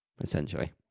Essentially